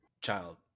Child